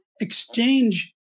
exchange